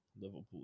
Liverpool